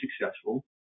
successful